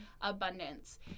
abundance